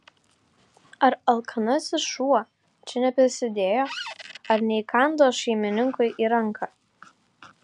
ar alkanasis šuo čia neprisidėjo ar neįkando šeimininkui į ranką